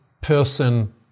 person